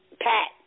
Pat